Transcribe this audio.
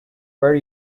where